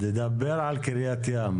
תדבר על קריית ים,